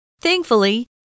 Thankfully